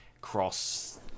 cross